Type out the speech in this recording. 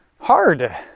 hard